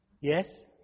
Yes